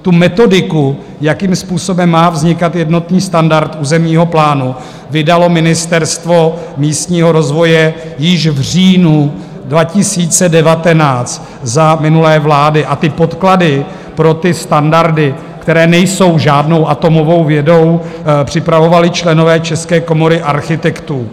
Tu metodiku, jakým způsobem má vznikat jednotný standard územního plánu, vydalo Ministerstvo místního rozvoje již v říjnu 2019 za minulé vlády a podklady pro standardy, které nejsou žádnou atomovou vědou, připravovali členové České komory architektů.